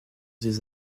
ses